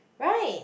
right